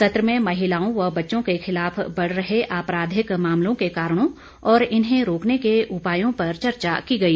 सत्र में महिलाओं व बच्चों के खिलाफ बढ़ रहे आपराधिक मामलों के कारणों और इन्हें रोकने के उपायों पर चर्चा की गई